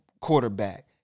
quarterback